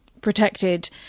protected